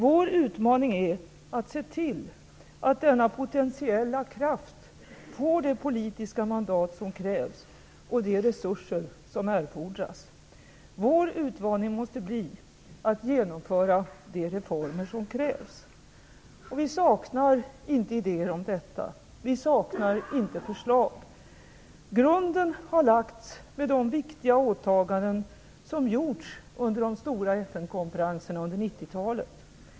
Vår utmaning är att se till att denna potentiella kraft får det politiska mandat som krävs och de resurser som erfordras. Vår utmaning måste bli, att genomföra de reformer som krävs. Vi saknar inte idéer. Vi saknar inte förslag. Grunden har lagts med de viktiga åtaganden som gjorts under de stora FN-konferenserna under 90-talet.